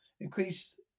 Increase